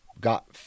got